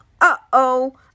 uh-oh